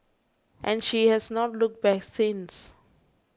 and she has not looked back since